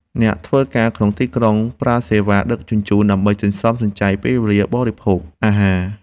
អ្នកធ្វើការក្នុងទីក្រុងប្រើសេវាដឹកជញ្ជូន ដើម្បីសន្សំសំចៃពេលវេលាបរិភោគអាហារ។